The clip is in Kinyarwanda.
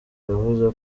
yavuze